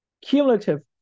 cumulative